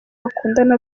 bakundana